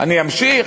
אני אמשיך?